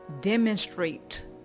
demonstrate